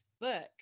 book